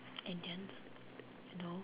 and then you know